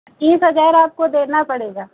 पच्चीस हजार आपको देना पड़ेगा